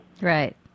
Right